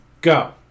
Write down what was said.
Go